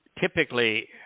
typically